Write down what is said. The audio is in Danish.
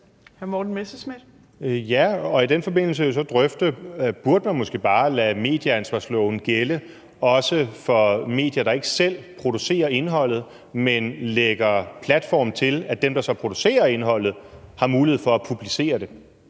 (DF): I den forbindelse kan man jo så drøfte, om man så måske bare burde lade medieansvarsloven gælde også for medier, der ikke selv producerer indholdet, men lægger platform til, at dem, der så producerer indholdet, har mulighed for at publicere det.